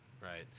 Right